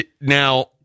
Now